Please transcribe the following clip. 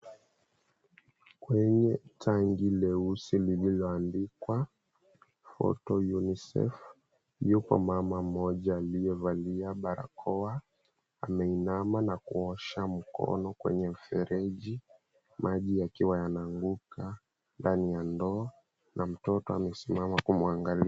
Kwenye rangi leusi lililoandikwa, Roto Unicef, yupo mama mmoja aliyevalia barakoa ameinama na kuosha mkono kwenye mfereji maji yakiwa yanaanguka ndani ya ndoo na mtoto amesimama kumwangalia.